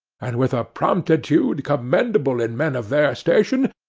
and, with a promptitude commendable in men of their station,